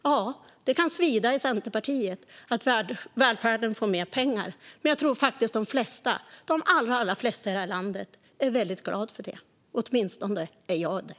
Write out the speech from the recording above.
Ja, det kan svida i Centerpartiet att välfärden får mer pengar. Men jag tror faktiskt att de allra flesta i detta land är väldigt glada för det. Åtminstone är jag det.